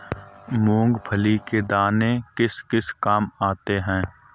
मूंगफली के दाने किस किस काम आते हैं?